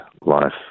life